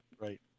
right